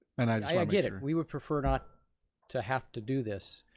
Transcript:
and i ah get it, we would prefer not to have to do this.